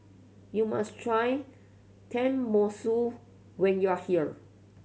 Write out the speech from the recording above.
you must try Tenmusu when you are here